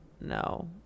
No